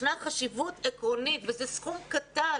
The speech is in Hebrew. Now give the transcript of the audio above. ישנה חשיבות עקרונית וזה סכום קטן.